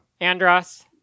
Andros